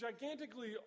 gigantically